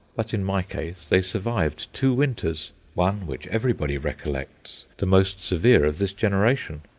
but in my case they survived two winters one which everybody recollects, the most severe of this generation.